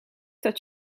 dat